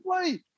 play